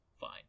Fine